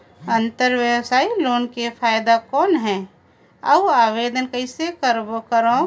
अंतरव्यवसायी लोन के फाइदा कौन हे? अउ आवेदन कइसे करव?